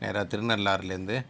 நேராக திருநள்ளாறிலிருந்து